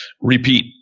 repeat